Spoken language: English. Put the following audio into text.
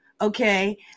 Okay